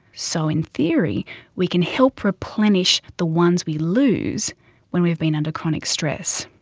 so in theory we can help replenish the ones we lose when we've been under chronic stress.